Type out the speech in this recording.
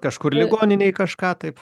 kažkur ligoninėj kažką taip